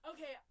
Okay